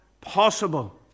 possible